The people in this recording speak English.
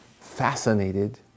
fascinated